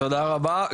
תודה רבה.